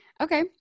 okay